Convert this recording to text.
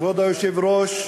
כבוד היושב-ראש,